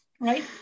Right